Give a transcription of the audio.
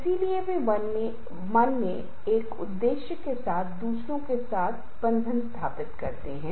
तो दोनों लाभान्वित होते हैं और दोनों जीत जीत की स्थिति में होते हैं